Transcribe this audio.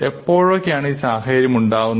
എപ്പോഴൊക്കെയാണ് ആണ് ഈ സാഹചര്യം ഉണ്ടാകുന്നത്